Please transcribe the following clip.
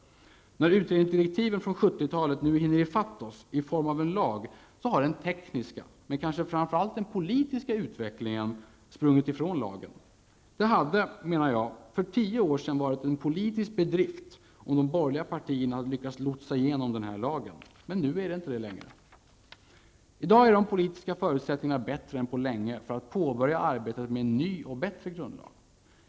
När utredningsdirektiven från 70-talet nu hinner i fatt oss i form av en lag, så har den tekniska och framför allt den politiska utvecklingen sprungit ifrån lagen. Det hade, menar jag, för tio år sedan varit ett politiskt bedrift om de borgerliga partierna hade lyckats lotsa igenom denna lag. Nur är det inte det längre. I dag är de politiska förutsättningarna bättre än på länge för att påbörja arbetet med en ny och bättre grundlag.